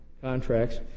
contracts